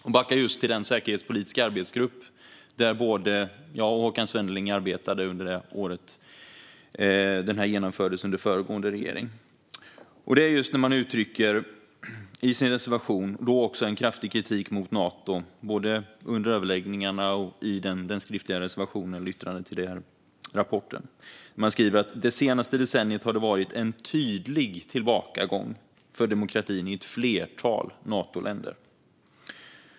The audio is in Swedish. Jag går tillbaka till den säkerhetspolitiska arbetsgrupp som både jag och Håkan Svenneling arbetade i under året. Det genomfördes under föregående regering. Man uttryckte en kraftig kritik mot Nato både under överläggningarna och i den skriftliga reservationen och i yttrandet till rapporten. Man skriver: Det senaste decenniet har det varit en tydlig tillbakagång för demokratin i ett flertal Natoländer.